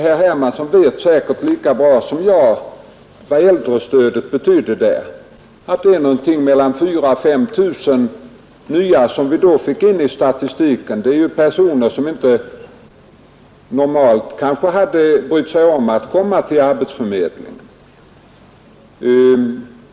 Herr Hermansson vet säkert lika bra som jag att införandet av äldrestödet betydde att vi fick in mellan 4 000 och 5 000 nya personer i statistiken, personer som normalt kanske inte hade brytt sig om att komma till arbetsförmedlingen.